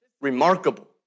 remarkable